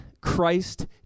Christ